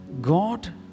God